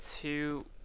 two